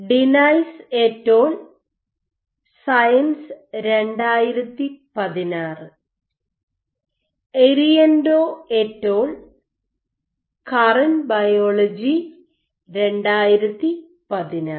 denies et al Science 2016 Irianto et al Current Biology 2016